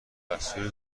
دستور